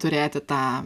turėti tą